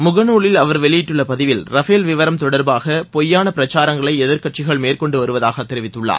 முகநூலில் அவர் வெளியிட்டுள்ள பதிவில் ரஃபேல் விவரம் தொடர்பாக பொய்யான பிரச்சாரங்களை எதிர்க்கட்சிகள் மேற்கொண்டுவருவதாக தெரிவித்துள்ளார்